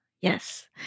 yes